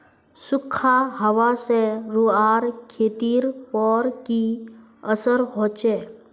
सुखखा हाबा से रूआँर खेतीर पोर की असर होचए?